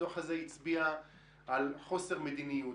הדוח הזה הצביע על חוסר מדיניות,